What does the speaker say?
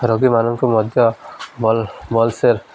ରୋଗୀମାନଙ୍କୁ ମଧ୍ୟ ଭଲ ଭଲ୍ସେ